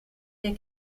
der